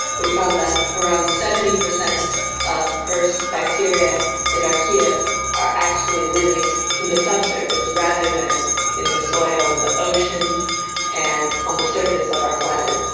we found that around seventy percent of earth's bacteria and archaea are actually living in the subsurface rather than in the soil and the oceans and on the surface of our planet.